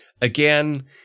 Again